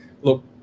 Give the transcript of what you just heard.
look